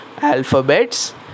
alphabets